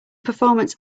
performance